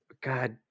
god